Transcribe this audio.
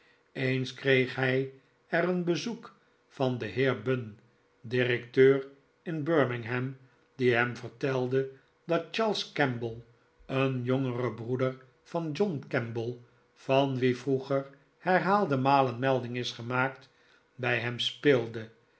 eens kreeg hij er een bezoek van den heer bunn directeur in birmingham die hem vertelde dat charles kemble een jongere broeder van john kemble van wien vroeger herhaalde malen melding is gemaakt bij hem speelde